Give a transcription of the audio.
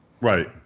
Right